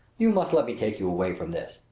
you must let me take you away from this.